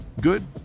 Good